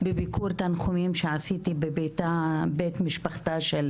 בביקור תנחומים שעשיתי בבית משפחתה של